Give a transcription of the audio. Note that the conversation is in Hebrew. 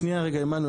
שנייה רגע עמנואל,